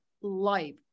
life